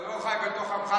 אתה לא חי בתוך עמך.